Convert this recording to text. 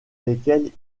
lesquels